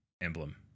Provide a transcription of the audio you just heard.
emblem